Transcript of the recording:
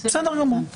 בסדר גמור.